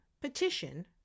petition